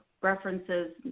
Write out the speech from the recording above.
references